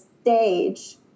stage